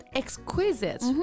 exquisite